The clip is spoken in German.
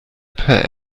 per